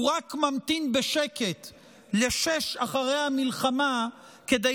הוא רק ממתין בשקט לשש אחרי המלחמה כדי